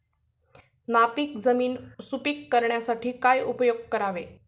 नापीक जमीन सुपीक करण्यासाठी काय उपयोग करावे?